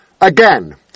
again